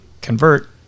convert